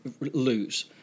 lose